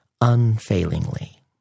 unfailingly